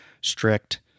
strict